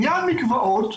בעניין מקוואות,